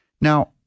Now